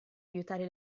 aiutare